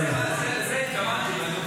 לזה התכוונתי.